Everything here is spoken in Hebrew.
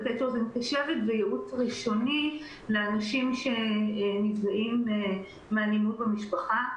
לתת אוזן קשבת וייעוץ ראשוני לאנשים שנפגעים מאלימות במשפחה.